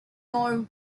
more